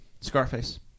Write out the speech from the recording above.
Scarface